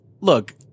Look